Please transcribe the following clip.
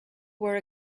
were